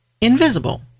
invisible